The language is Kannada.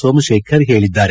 ಸೋಮಶೇಖರ್ ಹೇಳಿದ್ದಾರೆ